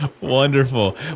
Wonderful